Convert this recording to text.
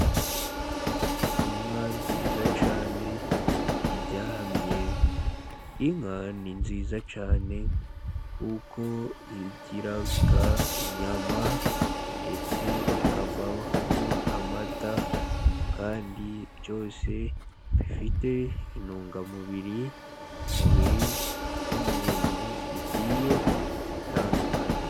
Inka nziza cyane iryamye, inka ni nziza cyane kuko igira inyama, ndetse ikavamo amata, kandi byose bifite intungamubiri ku mubiri w'umuntu, zigiye zitandukanye.